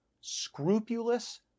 scrupulous